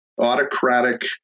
autocratic